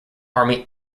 army